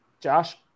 Josh